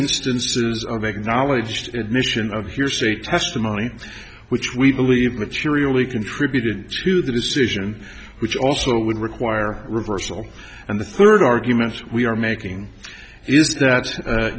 instances of acknowledged admission of hearsay testimony which we believe materially contributed to the decision which also would require reversal and the third argument we are making is that